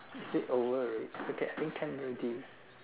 is it over already okay I think can already